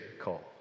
call